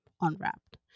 unwrapped